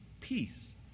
peace